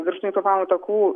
viršutinių kvėpavimo takų